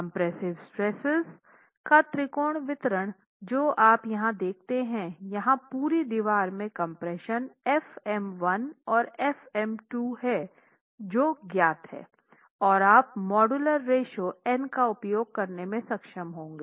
compressive stress का त्रिकोणीय वितरण जो आप यहां देखते हैं यहाँ पूरी दीवार में कम्प्रेशन fm1 और fm2 है जो ज्ञात है और आप मॉड्यूलर रेश्यो n का उपयोग करने में सक्षम होंगे